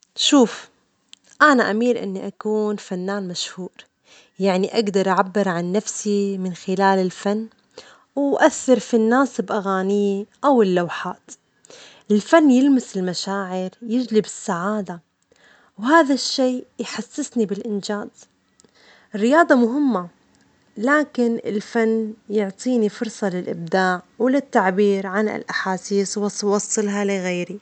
شوف، أنا أميل إني أكون فنان مشهور، يعني أجدر أعبر عن نفسي من خلال الفن وأثر في الناس بأغانيه أو اللوحات، الفن يلمس المشاعر ،يجلب السعادة، وهذا الشيء يحسسني بالإنجاز الرياضة مهمة، لكن الفن يعطيني فرصة للإبداع وللتعبير عن الأحاسيس وص وصلها لغيري.